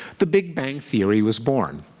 the big bang theory was born.